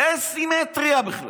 אין סימטריה בכלל.